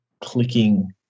clicking